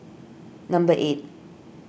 number eight